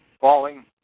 falling